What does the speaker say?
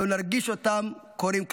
לא נרגיש אותם קורים כלל,